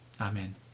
Amen